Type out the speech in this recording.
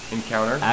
Encounter